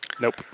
Nope